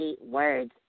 words